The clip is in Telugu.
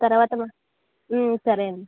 తర్వాత మ సరే అండి